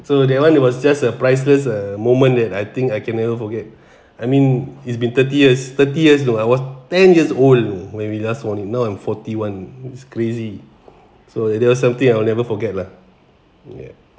so that one it was just a priceless uh moment that I think I can never forget I mean it's been thirty years thirty years ago I was ten years old when we last won it now I'm forty one it's crazy so that was something I will never forget lah ya